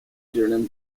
durham